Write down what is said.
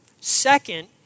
Second